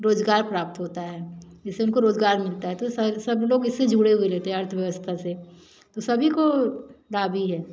रोज़गार प्राप्त होता है इससे उनको रोज़गार मिलता है तो ये सारे सब लोग इससे जुड़े हुए रहते अर्थव्यवस्था से तो सभी को लाभ ही है